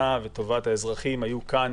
המדינה וטובת האזרחים היו כאן